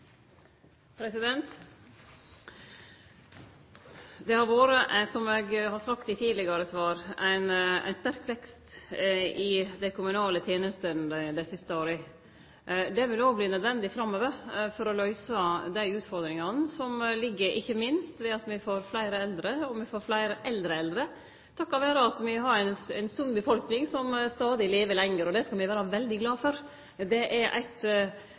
Som eg har sagt i tidlegare svar, har det vore ein sterk vekst i dei kommunale tenestene dei siste åra. Det vil òg verte nødvendig framover for å løyse dei utfordringane som ligg her, ikkje minst ved at me får fleire eldre, og me får fleire eldre eldre, takk vere at me har ei sunn befolkning som stadig lever lenger. Og det skal me vere veldig glade for. Det er eit